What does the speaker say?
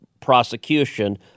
prosecution